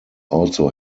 also